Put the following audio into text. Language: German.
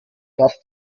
das